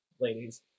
ladies